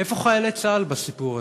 איפה חיילי צה"ל בסיפור הזה?